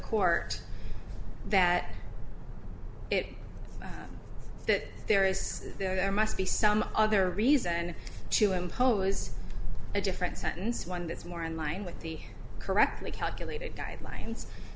court that it that there is there must be some other reason to impose a different sentence one that's more in line with the correctly calculated guidelines